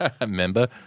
Remember